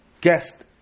guest